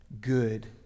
good